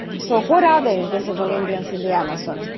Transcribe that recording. so what are they, invisible indians in the amazon?